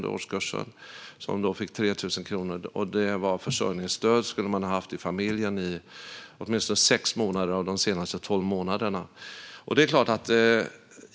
De fick då 3 000 kronor, och familjen skulle ha haft försörjningsstöd under minst sex av de senaste tolv månaderna.